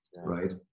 right